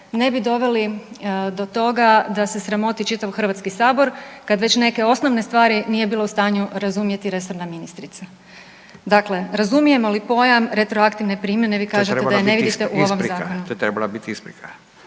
ne bi doveli do toga da se sramoti čitav HS kada već neke osnovne stvari nije bila u stanju razumjeti resorna ministrica. Dakle, razumijemo li pojam retroaktivne primjene …/Upadica Radin: To je trebala biti isprika?/…